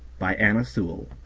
by anna sewell